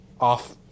off